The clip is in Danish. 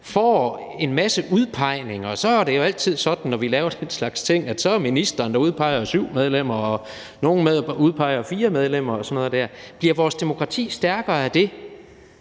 får en masse udpegninger? Så er det jo altid sådan, når vi laver den slags ting, at det er ministeren, der udpeger syv medlemmer, og nogle udpeger fire medlemmer og sådan noget. Bliver vores demokrati stærkere af det?